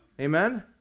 Amen